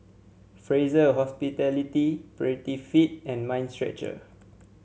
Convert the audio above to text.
Fraser Hospitality Prettyfit and Mind Stretcher